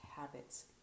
habits